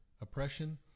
oppression